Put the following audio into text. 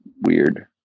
weird